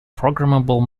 programmable